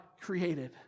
created